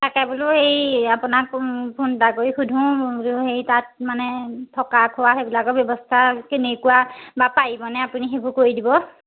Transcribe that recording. তাকে বোলো হেৰি এই আপোনাক ফোন এটা কৰি সুধোঁ বোলো হেৰি তাত মানে থকা খোৱা সেইবিলাকৰ ব্যৱস্থাখিনি কেনেকুৱা বা পাৰিবনে আপুনি সেইবোৰ কৰি দিব